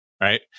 right